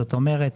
זאת אומרת